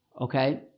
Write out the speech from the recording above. okay